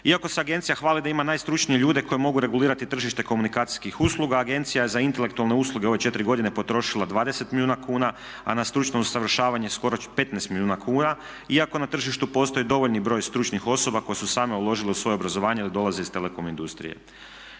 Iako se agencija hvali da ima najstručnije ljude koji mogu regulirati tržište komunikacijskih usluga agencija je za intelektualne usluge ove 4 godine potrošila 20 milijuna kuna, a na stručno usavršavanje skoro 15 milijuna kuna iako na tržištu postoji dovoljni broj stručnih osoba koje su same uložile u svoje obrazovanje a da dolaze iz telekom industrije.